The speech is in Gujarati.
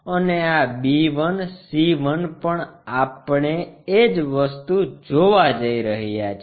અને આ b 1 c 1 પણ આપણે એ જ વસ્તુ જોવા જઈ રહ્યા છીએ